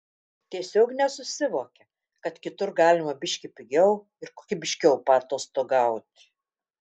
tiesiog nesusivokia kad kitur galima biški pigiau ir kokybiškiau paatostogauti